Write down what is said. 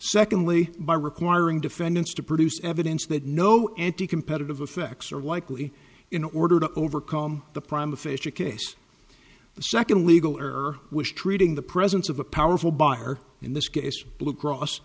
secondly by requiring defendants to produce evidence that no anti competitive effects are likely in order to overcome the prime aphasia case the second legal or wish treating the presence of a powerful buyer in this case blue cross